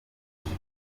stars